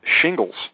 shingles